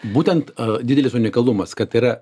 būtent didelis unikalumas kad tai yra